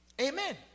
Amen